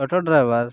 driver